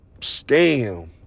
scam